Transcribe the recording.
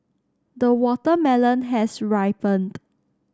the watermelon has ripened